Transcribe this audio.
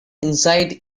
inside